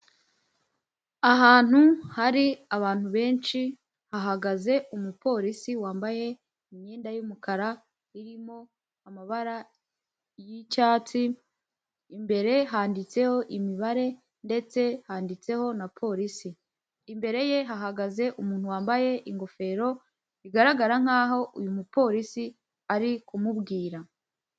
Ahantu hari abantu benshi, hahagaze umupolisi wambaye imyenda y'umukara irimo amabara y'icyatsi, imbere handitseho imibare ndetse handitseho na polisi. Imbere ye hahagaze umuntu wambaye ingofero, bigaragara nk'aho uyu mupolisi ari kumubwira.